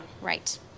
Right